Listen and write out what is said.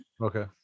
Okay